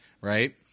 right